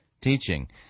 teaching